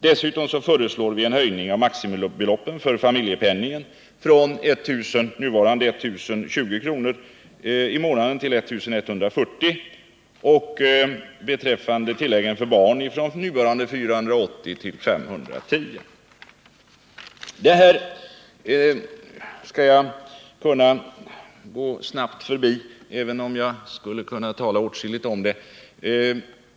Dessutom föreslår vi en höjning av maximibeloppen för familjepenningen från nuvarande 1 020 kr. i månaden till 1 140 kr. och en höjning av tilläggen för barn från nuvarande 480 kr. till 510 kr. Jag skall av tidsskäl gå snabbt förbi den här frågan, även om jag skulle kunna tala åtskilligt om den.